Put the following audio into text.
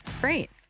great